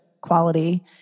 quality